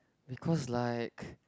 because like